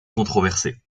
controversé